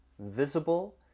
Visible